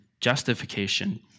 justification